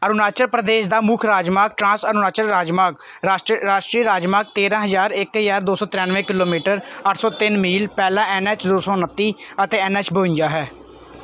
ਅਰੁਣਾਚਲ ਪ੍ਰਦੇਸ਼ ਦਾ ਮੁੱਖ ਰਾਜਮਾਰਗ ਟ੍ਰਾਂਸ ਅਰੁਣਾਚਲ ਰਾਜਮਾਰਗ ਰਾਸ਼ਟਰੀ ਰਾਸ਼ਟਰੀ ਰਾਜਮਾਰਗ ਤੇਰ੍ਹਾਂ ਹਜ਼ਾਰ ਇੱਕ ਹਜ਼ਾਰ ਦੋ ਸੌ ਤ੍ਰਿਆਨਵੇਂ ਕਿਲੋਮੀਟਰ ਅੱਠ ਸੌ ਤਿੰਨ ਮੀਲ ਪਹਿਲਾਂ ਐੱਨ ਐੱਚ ਦੋ ਸੌ ਉਨੱਤੀ ਅਤੇ ਐੱਨ ਐੱਚ ਬਵੰਜਾ ਹੈ